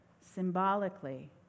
symbolically